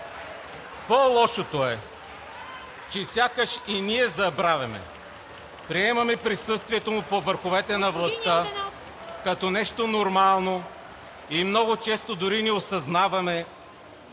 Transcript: По-лошото е, че сякаш ние забравяме и приемаме присъствието му по върховете на властта като нещо нормално и много често дори не осъзнаваме